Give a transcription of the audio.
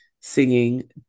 singing